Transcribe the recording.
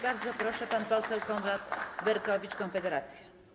Bardzo proszę, pan poseł Konrad Berkowicz, Konfederacja.